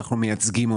אנחנו מייצגים אותו.